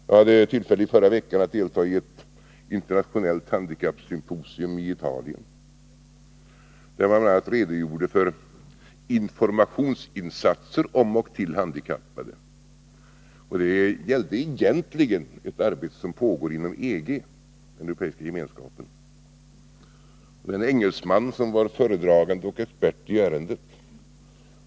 Jag hade tillfälle i förra veckan att delta i ett internationellt handikappsymposium i Italien, där man bl.a. redogjorde för informationsinsatser om och till handikappade. Det gällde egentligen ett arbete som pågår inom EG, den europeiska gemenskapen. Det var en engelsman som var föredragande och expert i ärendet.